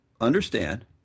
understand